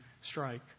strike